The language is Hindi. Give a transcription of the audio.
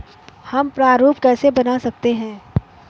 हम प्रारूप कैसे बना सकते हैं?